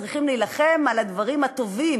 צריכים להילחם על הדברים הטובים,